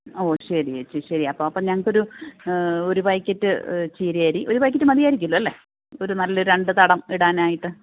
ഓ ശരി ചേച്ചി ശരി അപ്പോൾ അപ്പോൾ ഞങ്ങൾക്ക് ഒരു പാക്കറ്റ് ചീര അരി ഒരു പാക്കറ്റ് മതിയായിരിക്കുമല്ലോ അല്ലേ ഒരു നല്ല രണ്ടു തടം ഇടാനായിട്ട്